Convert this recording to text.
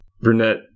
Brunette